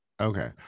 Okay